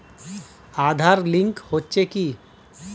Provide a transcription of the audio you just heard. Aadhaar link হচ্ছে কি?